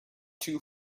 too